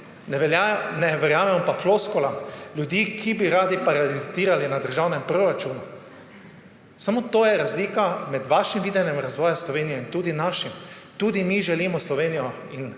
Ne verjamejo pa floskulam ljudi, ki bi radi parazitirati na državnem proračunu. Samo to je razlika med vašim videnjem razvoja Slovenije in tudi našim. Tudi mi želimo Slovenijo